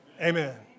Amen